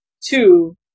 two